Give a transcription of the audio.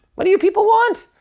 what do you people want?